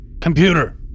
Computer